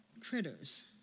critters